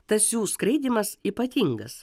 tas jų skraidymas ypatingas